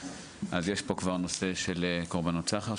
אז יש פה כבר נושא של קרבנות סחר,